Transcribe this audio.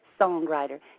songwriter